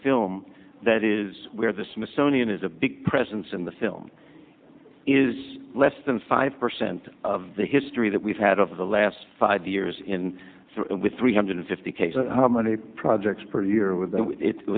film that is where the smithsonian is a big presence in the film is less than five percent of the history that we've had over the last five years in three hundred fifty cases how many projects per year wit